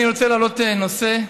אני רוצה להעלות נושא,